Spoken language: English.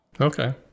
Okay